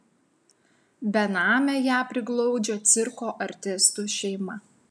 benamę ją priglaudžia cirko artistų šeima